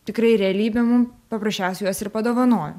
tikrai realybė mum paprasčiausiai juos ir padovanojo